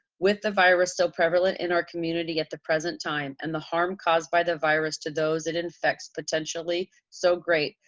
with the virus so prevalent in our community at the present time and the harm caused by the virus to those it infects potentially so great,